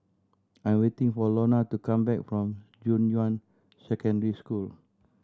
I'm waiting for Lona to come back from Junyuan Secondary School